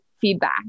feedback